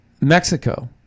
Mexico